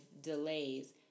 delays